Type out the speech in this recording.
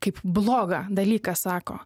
kaip blogą dalyką sako